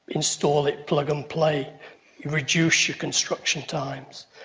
install it, plug and play, you reduce your construction times.